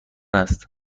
است